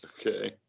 Okay